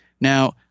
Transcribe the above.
Now